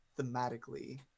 thematically